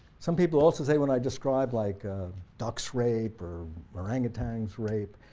some people also say when i describe like duck so rape or orangutan rape,